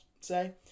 say